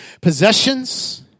possessions